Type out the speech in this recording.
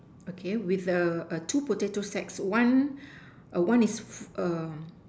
okay with a err two potato sacks one err one is f~ err